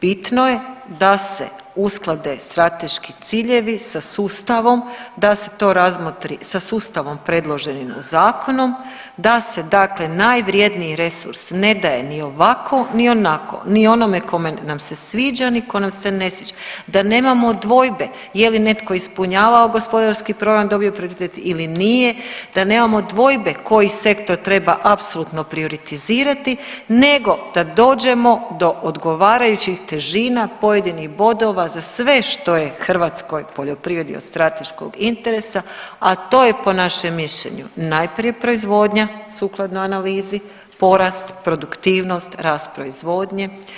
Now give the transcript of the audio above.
Bitno je da se usklade strateški ciljevi sa sustavom da se to razmotri, sa sustavom predviđenim zakonom, da se dakle najvrjedniji resurs ne daje ni ovako ni onako, ni onome kome nam se sviđa, ni tko nam se ne sviđa, da nemamo dvojbe je li netko ispunjavao gospodarski program ili nije, da nemamo dvojbe koji sektor treba apsolutno prioritizirati, nego da dođemo do odgovarajućih težina pojedinih bodova za sve što je hrvatskoj poljoprivredi od strateškog interesa a to je po našem mišljenju najprije proizvodnja sukladno analizi porast, produktivnost, rast proizvodnje.